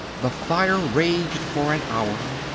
the fire raged for an hour.